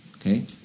Okay